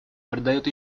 придает